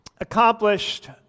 accomplished